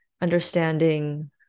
understanding